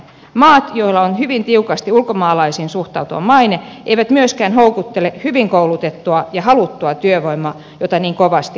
maat joilla on hyvin tiukasti ulkomaalaisiin suhtautuvan maine eivät myöskään houkuttele hyvin koulutettua ja haluttua työvoimaa jota niin kovasti tarvitsisimme